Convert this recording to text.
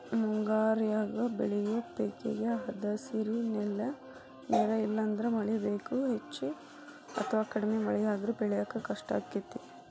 ಮುಂಗಾರ್ಯಾಗ ಬೆಳಿಯೋ ಪೇಕೇಗೆ ಹದಸಿರಿ ನೇರ ಇಲ್ಲಂದ್ರ ಮಳಿ ಬೇಕು, ಹೆಚ್ಚ ಅಥವಾ ಕಡಿಮೆ ಮಳೆಯಾದ್ರೂ ಬೆಳ್ಯಾಕ ಕಷ್ಟಾಗ್ತೇತಿ